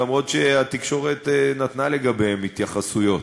למרות שהתקשורת נתנה לגביהם התייחסויות.